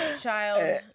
child